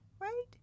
right